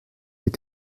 est